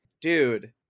dude